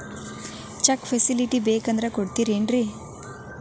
Check facility ಬೇಕಂದ್ರ ಕೊಡ್ತಾರೇನ್ರಿ?